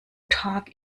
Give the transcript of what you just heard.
tag